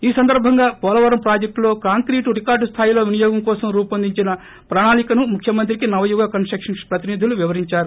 ఈ సందర్పంగా పోలవరం ప్రాజెక్షులో కాంక్రీటు రికార్లు స్లాయిలో వినియోగం కోసం రూపొందించిన ప్రణాళికను ముఖ్యమంత్రి కి నవయుగ కన్స్టకన్స్ ప్రతినిధులు వివరించారు